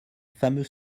fameux